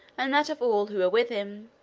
and that of all who were with him,